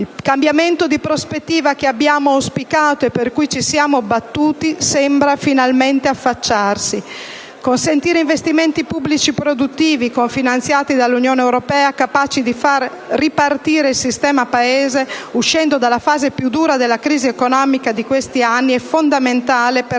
Il cambiamento di prospettiva che abbiamo auspicato e per cui ci siamo battuti sembra finalmente affacciarsi: consentire investimenti pubblici produttivi, cofinanziati dall'Unione europea, capaci di far ripartire il sistema Paese, uscendo dalla fase più dura della crisi economica di questi anni è fondamentale per